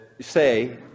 say